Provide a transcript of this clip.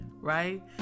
right